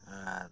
ᱟᱨ